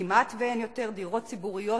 כמעט שאין יותר דירות ציבוריות